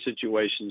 situations